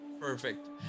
Perfect